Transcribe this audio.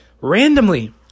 randomly